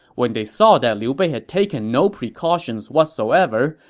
when they saw that liu bei had taken no precautions whatsoever,